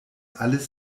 alles